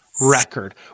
record